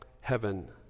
heaven